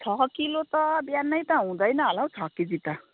छः किलो त बिहानै त हुँदैन होला हौ छः केजी त